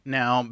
now